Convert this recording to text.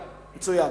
מצוין.